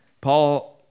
Paul